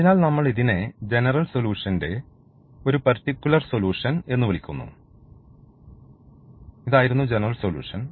അതിനാൽ നമ്മൾ ഇതിനെ ജനറൽ സൊലൂഷൻറെ ഒരു പർട്ടിക്കുലർ സൊല്യൂഷൻ എന്ന് വിളിക്കുന്നു ഇതായിരുന്നു ജനറൽ സൊല്യൂഷൻ